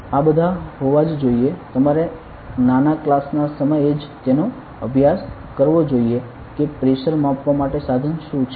આ બધા હોવા જ જોઈએ તમારે નાના ક્લાસ ના સમયે જ તેનો અભ્યાસ કરવો જોઇએ કે પ્રેશર માપવા માટે સાધન શું છે